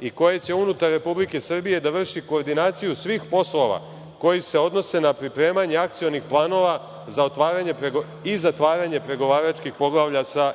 i koje će unutar Republike Srbije da vrši koordinaciju svih poslova koji se odnose na pripremanje akcionih planova za otvaranje i zatvaranje pregovaračkih poglavlja sa